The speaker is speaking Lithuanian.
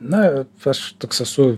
na aš toks esu